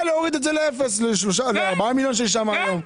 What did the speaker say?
להוריד את זה לאפס מתוך 4 מיליון שקל שיש שם היום.